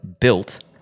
built